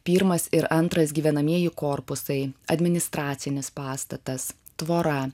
pirmas ir antras gyvenamieji korpusai administracinis pastatas tvora